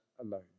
alone